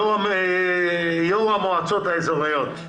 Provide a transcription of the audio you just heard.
יושב ראש המועצות האזוריות.